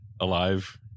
alive